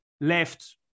left